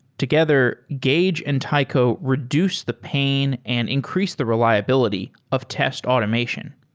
together, gauge and taico reduce the pain and increase the reliability of test automation.